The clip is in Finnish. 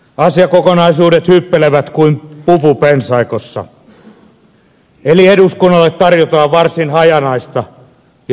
asiakokonaisuudet hyppelevät kuin pupu pensaikossa eli eduskunnalle tarjotaan varsin hajanaista ja huteraa tietoa